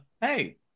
hey